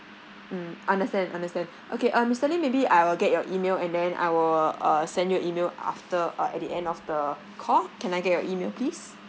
mm understand understand okay uh mister lim maybe I will get your email and then I will uh send you a email after uh at the end of the call can I get your email please